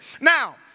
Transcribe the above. Now